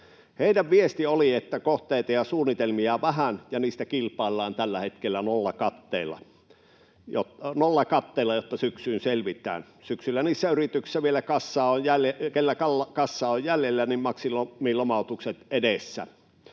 Heidän viestinsä oli, että kohteita ja suunnitelmia on vähän ja niistä kilpaillaan tällä hetkellä nollakatteilla, jotta syksyyn selvitään. Syksyllä niissä yrityksissä, missä kassaa on vielä jäljellä, on maksimilomautukset edessä.